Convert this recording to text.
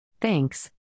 Thanks